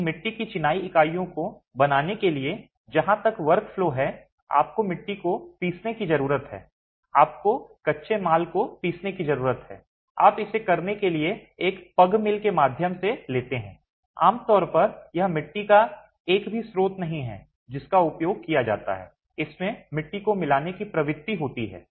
इन मिट्टी की चिनाई इकाइयों को बनाने के लिए जहां तक वर्कफ़्लो है आपको मिट्टी को पीसने की ज़रूरत है आपको कच्चे माल को पीसने की ज़रूरत है आप इसे करने के लिए एक पगमिल के माध्यम से लेते हैं आमतौर पर यह मिट्टी का एक भी स्रोत नहीं है जिसका उपयोग किया जाता है इसमें मिट्टी को मिलाने की प्रवृत्ति होती है